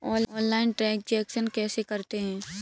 Online transaction कैसे करते हैं?